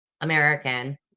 American